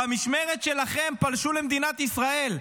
במשמרת שלכם פלשו למדינת ישראל,